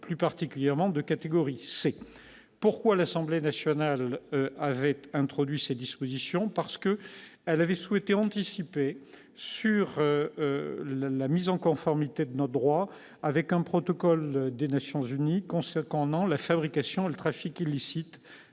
plus particulièrement de catégorie C. Pourquoi l'Assemblée nationale avait-elle introduit ces dispositions ? Parce qu'elle avait souhaité anticiper la mise en conformité de notre droit avec un protocole des Nations unies contre la fabrication et le trafic illicites